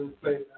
play